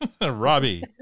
Robbie